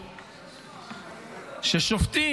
ששופטים,